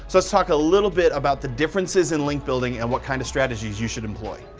let's talk a little bit about the differences in link building and what kind of strategies you should employ.